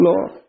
Lord